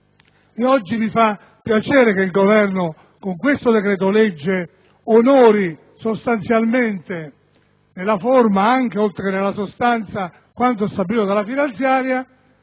Oggi mi fa piacere che il Governo con questo decreto‑legge sostanzialmente onori nella forma, oltre che nella sostanza, quanto stabilito dalla finanziaria,